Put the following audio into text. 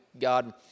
God